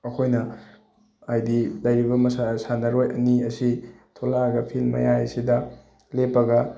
ꯑꯩꯈꯣꯏꯅ ꯍꯥꯏꯗꯤ ꯂꯩꯔꯤꯕ ꯁꯥꯟꯅꯔꯣꯏ ꯑꯅꯤ ꯑꯁꯤ ꯊꯣꯛꯂꯛꯑꯒ ꯐꯤꯜ ꯃꯌꯥꯏ ꯑꯁꯤꯗ ꯂꯦꯞꯄꯒ